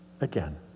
Again